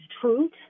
truth